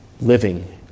living